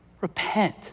repent